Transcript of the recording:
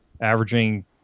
averaging